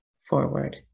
forward